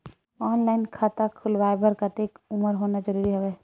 Online खाता खुलवाय बर कतेक उमर होना जरूरी हवय?